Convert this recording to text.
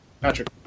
Patrick